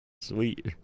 Sweet